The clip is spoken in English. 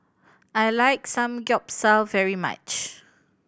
I like Samgeyopsal very much